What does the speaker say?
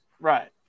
Right